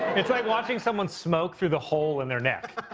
it's like watching someone smoke through the hole in their neck